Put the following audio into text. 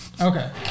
okay